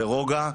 ברוגע,